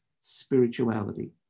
spirituality